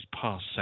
past